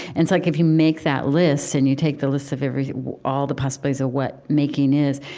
and it's like, if you make that list and you take the list of every all the possibilities of what making is,